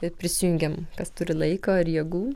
ir prisijungiam kas turi laiko ir jėgų